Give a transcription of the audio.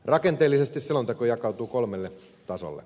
rakenteellisesti selonteko jakautuu kolmelle tasolle